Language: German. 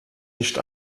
nicht